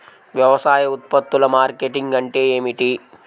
వ్యవసాయ ఉత్పత్తుల మార్కెటింగ్ అంటే ఏమిటి?